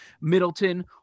Middleton